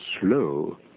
slow